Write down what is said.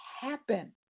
happen